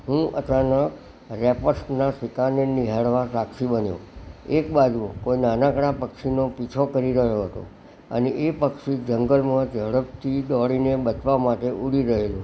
હું અચાનક રેપર્સના શિકારને નિહાળવા સાક્ષી બન્યો એક બાજુ કોઈ નાનકડા પક્ષીનો પીછો કરી રહ્યો હતો અને એ પક્ષી જંગલમાં ઝળપથી દોડીને બચવા માટે ઊડી ગયેલું